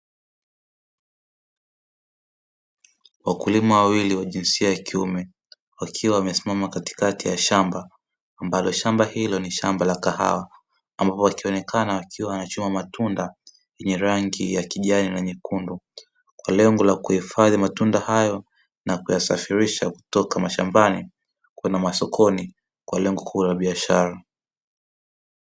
Wakulima wawili wa jinsia ya kiume wakiwa wamesimama katikati ya shamba, ambalo shamba hilo ni shamba la kahawa ambapo wakionekana wakiwa wanachuma matunda yenye rangi ya kijani na nyekundu, kwa lengo la kuhifadhi matunda hayo na kuyasafirisha kutoka mashambani kwenda masokoni kwa lengo kuu la biashara.